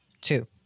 Two